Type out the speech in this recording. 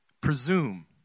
presume